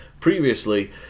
Previously